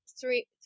three